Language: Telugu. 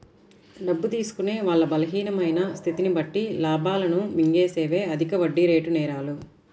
డబ్బు తీసుకునే వాళ్ళ బలహీనమైన స్థితిని బట్టి లాభాలను మింగేసేవే అధిక వడ్డీరేటు నేరాలు